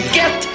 get